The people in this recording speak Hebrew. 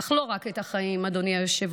אך לא רק את החיים, אדוני היושב-ראש,